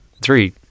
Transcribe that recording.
Three